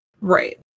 Right